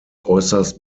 äußerst